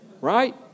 Right